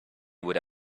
would